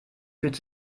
fühlt